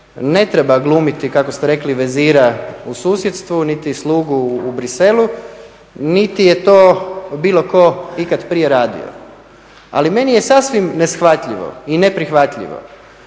ne treba glumiti kako ste rekli vezira u susjedstvu niti slugu u Bruxellesu niti je to bilo tko ikad prije radio, ali meni je sasvim neshvatljivo i neprihvatljivo